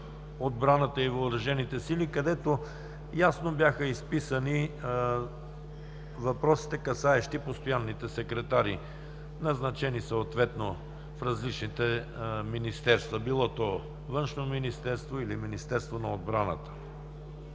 отбраната и въоръжените сили, където ясно бяха изписани въпросите, касаещи постоянните секретари, назначени съответно в различните министерства – било то Министерството на външните работи или Министерството на отбраната.